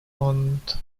фонд